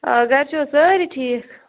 آ گَرِ چھِوا سٲرے ٹھیٖک